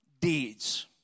deeds